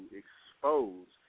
expose